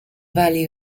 value